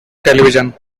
television